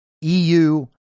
EU